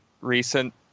recent